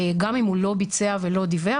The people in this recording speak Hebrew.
גם אם הוא לא ביצע ולא דיווח,